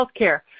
healthcare